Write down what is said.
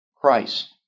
Christ